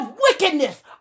wickedness